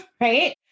right